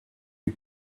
you